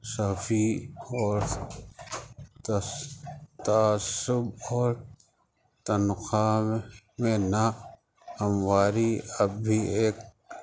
صفی اور تصب اور تنخواہ میں نہ ہمواری اب بھی ایک